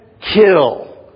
kill